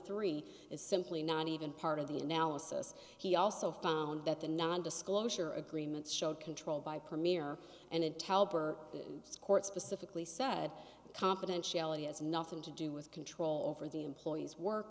three is simply not even part of the analysis he also found that the non disclosure agreements showed control by premier and talbert the court specifically said confidentiality has nothing to do with control over the employees work